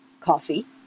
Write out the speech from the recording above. coffee